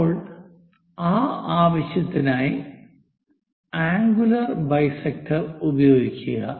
ഇപ്പോൾ ആ ആവശ്യത്തിനായി അംഗുലർ ബൈസെക്ടർ ഉപയോഗിക്കുക